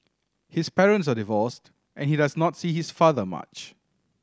his parents are divorced and he does not see his father much